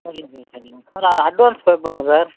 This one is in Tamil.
சரிங்க சார் சரிங்க அட்வான்ஸ் பே பண்ணும் சார்